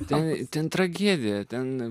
ne itin tragedija ten